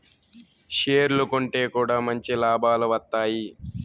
షేర్లు కొంటె కూడా మంచి లాభాలు వత్తాయి